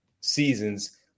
seasons